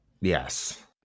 Yes